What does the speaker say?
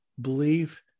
belief